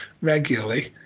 regularly